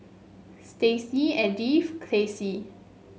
Stacey Edythe Classie